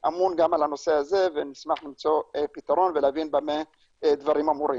כרגע טופס 100 מאפשר לנו לצמצם כמה שיותר את הבירוקרטיה מול האזרח.